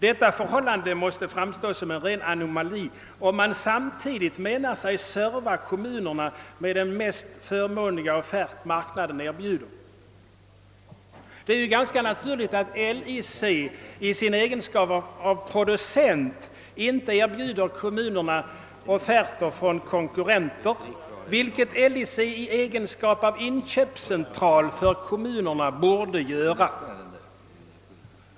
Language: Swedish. Detta förhållande måste framstå som en ren anomali, om LIC samtidigt menar sig erbjuda kommunerna den mest förmånliga offert marknaden erbjuder. Det är ju ganska naturligt att LIC i sin egenskap av producent inte erbjuder kommunerna offerter från sina konkurrenter, vilket LIC i egenskap av inköpscentral för kommunerna borde göra.